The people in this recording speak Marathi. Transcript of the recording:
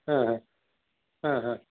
हां हां हां हां